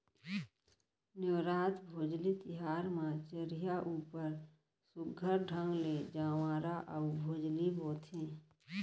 नेवरात, भोजली तिहार म चरिहा ऊपर सुग्घर ढंग ले जंवारा अउ भोजली बोथें